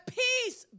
peace